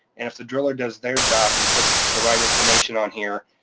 and if the driller does their job and puts the right information on here,